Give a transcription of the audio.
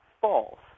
false